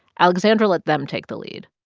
alexandra let them take the lead.